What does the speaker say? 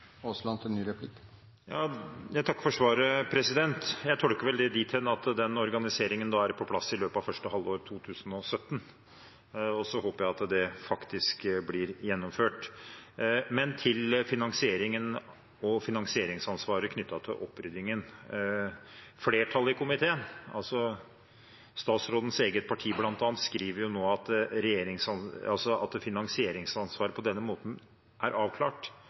Jeg takker for svaret. Jeg tolker det vel dit hen at organiseringen da er på plass i løpet av første halvår 2017, og så håper jeg at det faktisk blir gjennomført. Til finansieringen og finansieringsansvaret knyttet til oppryddingen: Flertallet i komiteen, altså statsrådens eget parti bl.a., skriver nå at finansieringsansvar på denne måten er avklart